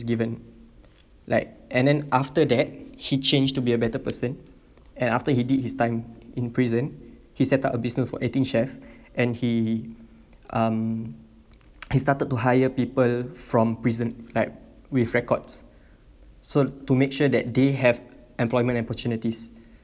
given like and then after that he changed to be a better person and after he did his time in prison he set up a business for eighteen chef and he um he started to hire people from prison like with records so to make sure that they have employment opportunities